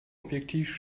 objektiv